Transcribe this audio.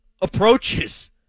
approaches